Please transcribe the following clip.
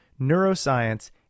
neuroscience